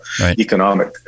economic